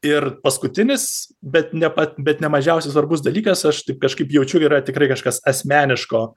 ir paskutinis bet ne pa bet ne mažiausiai svarbus dalykas aš taip kažkaip jaučiu yra tikrai kažkas asmeniško